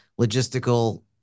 logistical